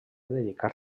dedicar